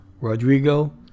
Rodrigo